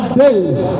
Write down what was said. days